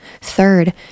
Third